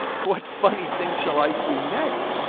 what funny thing shall i see next?